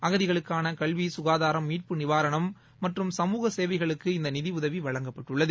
அகதிகளுக்கான கல்வி சுகாதாரம் மீட்பு நிவாரணம் மற்றும் சமுக சேவைகளுக்கு இந்த நிதியுதவி வழங்கப்பட்டுள்ளது